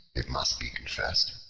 it must be confessed,